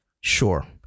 Sure